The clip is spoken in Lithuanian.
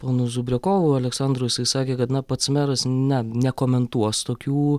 ponu zubriakovu aleksandru jisai sakė kad na pats meras na nekomentuos tokių